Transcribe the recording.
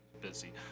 busy